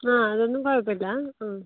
ആ അതൊന്നും കുഴപ്പമില്ല ആ